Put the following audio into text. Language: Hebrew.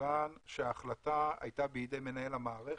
מכיוון שההחלטה היתה בידי מנהל המערכת,